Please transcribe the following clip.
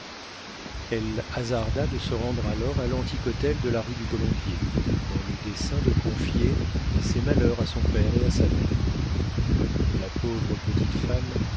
elle hasarda de se rendre alors à l'antique hôtel de la rue du colombier dans le dessein de confier ses malheurs à son père et à sa mère la pauvre petite femme